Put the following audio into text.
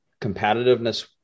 competitiveness